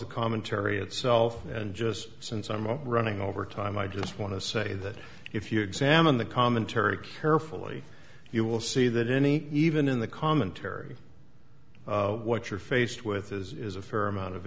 the commentary itself and just since i'm up running over time i just want to say that if you examine the commentary carefully you will see that any even in the commentary what you're faced with is a fair amount of